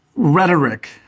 Rhetoric